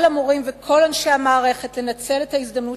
על המורים וכל אנשי המערכת לנצל את ההזדמנות